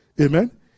amen